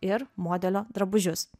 ir modelio drabužius